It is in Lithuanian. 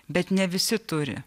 bet ne visi turi